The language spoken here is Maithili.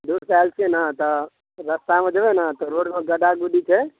दूर से आयल छियै ने तऽ रस्तामे जेबै ने तऽ रोड पर गड्ढा गुड्ढी छै